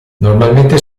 normalmente